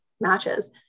matches